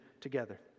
together